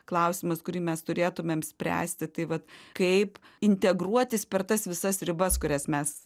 klausimas kurį mes turėtumėm spręsti tai vat kaip integruotis per tas visas ribas kurias mes